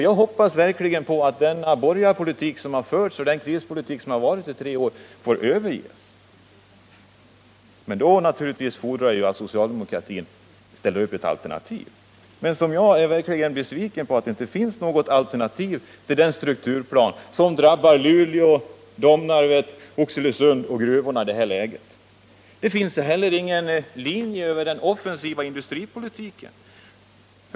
Jag hoppas verkligen att den borgerliga krispolitik som har förts i tre år skall överges. Men det fordrar naturligtvis att socialdemokratin ställer upp ett alternativ. Jag är mycket besviken över att det inte finns något alternativ till den strukturplan som drabbar Luleå, Domnarvet, Oxelösund och gruvorna i detta läge. Det finns inte heller någon linje för den offensiva industripolitiken.